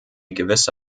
gewisse